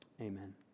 Amen